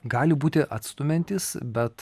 gali būti atstumiantys bet